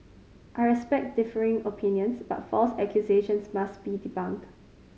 I respect differing opinions but false accusations must be debunked